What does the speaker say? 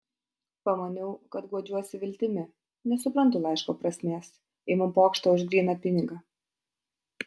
pamaniau kad guodžiuosi viltimi nesuprantu laiško prasmės imu pokštą už gryną pinigą